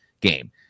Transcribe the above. game